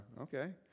okay